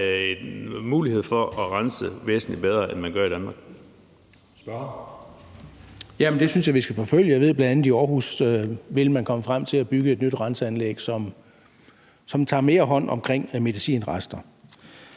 Spørgeren. Kl. 20:47 Søren Egge Rasmussen (EL): Det synes jeg vi skal forfølge. Jeg ved, at bl.a. i Aarhus vil man komme frem til at bygge et nyt renseanlæg, som tager mere hånd om medicinrester.